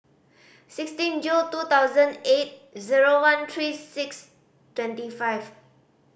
sixteen June two thousand eight zero one three six twenty five